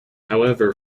however